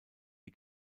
die